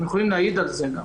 הם יכולים להעיד על זה גם.